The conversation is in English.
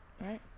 Right